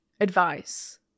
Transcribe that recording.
advice